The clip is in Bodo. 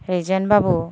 रिजेन बाबु